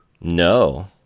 No